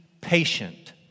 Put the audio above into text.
patient